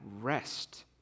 rest